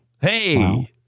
hey